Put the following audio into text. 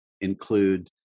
include